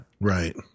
Right